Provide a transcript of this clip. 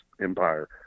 empire